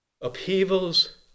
Upheavals